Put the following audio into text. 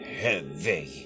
heavy